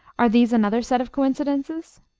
are these another set of coincidences?